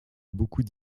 beaucoup